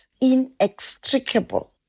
inextricable